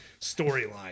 storyline